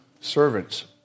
servants